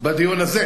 בדיון הזה,